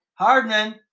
Hardman